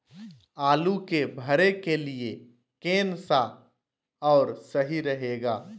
आलू के भरे के लिए केन सा और सही रहेगा?